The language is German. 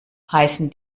heißen